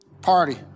Party